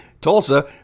Tulsa